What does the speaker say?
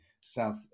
south